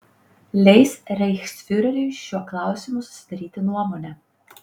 leis reichsfiureriui šiuo klausimu susidaryti nuomonę